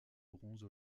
bronze